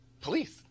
police